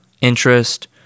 interest